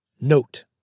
Note